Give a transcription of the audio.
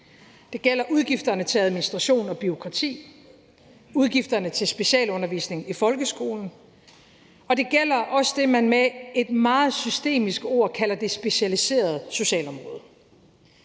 Det gælder udgifterne til administration og bureaukrati, udgifterne til specialundervisning i folkeskolen, og det gælder også det, man med et meget systemisk ord kalder det specialiserede socialområde.